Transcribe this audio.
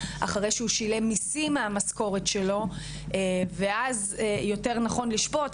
אחרי שהוא שילם מיסים מהמשכורת שלו ואז יותר נכון לשפוט,